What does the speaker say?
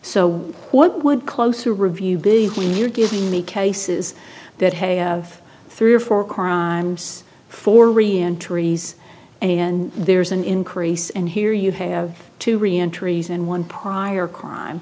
so what would close a review big when you're giving me cases that have three or four crimes for reentries and there's an increase and here you have two reentries and one prior crime